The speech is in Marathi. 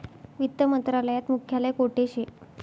वित्त मंत्रालयात मुख्यालय कोठे शे